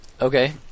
Okay